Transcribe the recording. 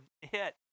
hit